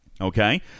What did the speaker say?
Okay